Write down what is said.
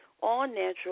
all-natural